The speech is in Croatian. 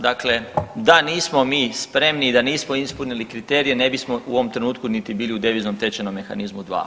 Dakle, da nismo mi spremni, da nismo ispunili kriterije ne bismo u ovom trenutku niti bili u deviznom tečajnom mehanizmu dva.